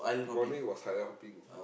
morning was hopping